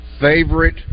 favorite